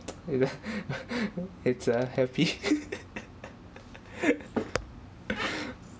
you know it's err happy